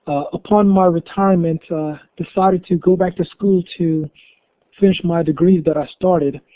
upon my retirement, i decided to go back to school to finish my degree that i started.